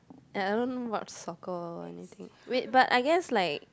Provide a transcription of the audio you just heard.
and I don't watch soccer or anything wait but I guess like